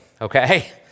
okay